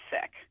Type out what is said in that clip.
sick